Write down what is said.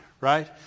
right